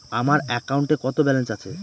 আমার অ্যাকাউন্টে কত ব্যালেন্স আছে?